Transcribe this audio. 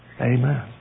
Amen